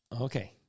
okay